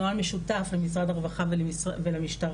נוהל משותף למשרד הרווחה ולמשטרה,